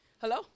Hello